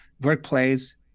workplace